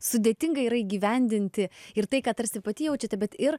sudėtinga yra įgyvendinti ir tai ką tarsi pati jaučiate bet ir